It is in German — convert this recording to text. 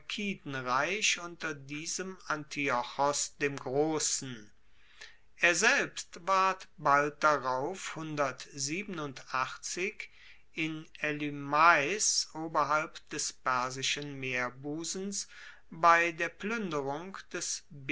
das seleukidenreich unter diesem antiochos dem grossen er selbst ward bald darauf in elymais oberhalb des persischen meerbusens bei der pluenderung des